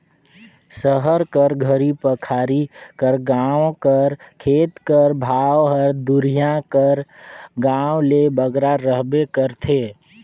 सहर कर घरी पखारी कर गाँव कर खेत कर भाव हर दुरिहां कर गाँव ले बगरा रहबे करथे